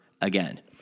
again